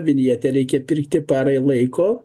vinjetę reikia pirkti parai laiko